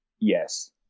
yes